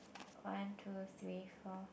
one two three four